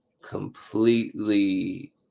completely